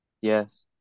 Yes